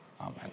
Amen